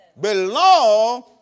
belong